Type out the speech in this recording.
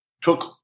took